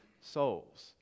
souls